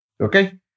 Okay